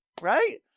Right